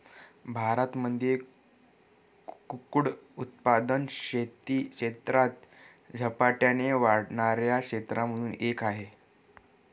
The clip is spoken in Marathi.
भारतामध्ये कुक्कुट उत्पादन शेती क्षेत्रात झपाट्याने वाढणाऱ्या क्षेत्रांमधून एक आहे